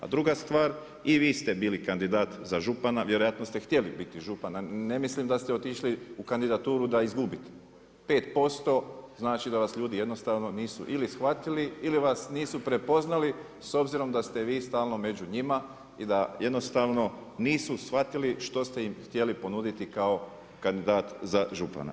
A druga stvar, i vi ste bili kandidat za župana vjerojatno ste htjeli biti župan, a ne mislim da ste otišli u kandidaturu da izgubite, 5% znači da vas ljudi jednostavno nisu ili shvatili ili vas nisu prepoznali s obzirom da ste vi stalno među njima i da jednostavno nisu shvatili što ste im htjeli ponuditi kao kandidat za župana.